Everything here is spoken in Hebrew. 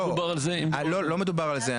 לא מדובר על זה.